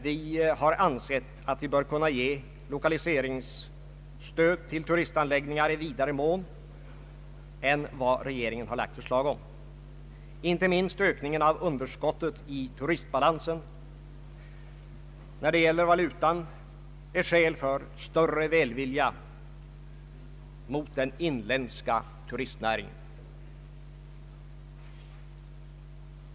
Vi har ansett att vi bör kunna ge lokaliseringsstöd till turistanläggningar i vidare mån än vad regeringen har lagt förslag om. Inte minst ökningen av underskottet i turistbalansen när det gäller valutan är skäl för större välvilja mot den inländska turistnäringen.